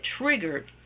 triggered